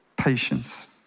Patience